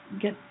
get